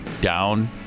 down